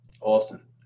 Awesome